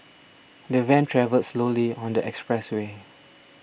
the van travelled slowly on the expressway